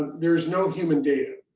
there's no human data,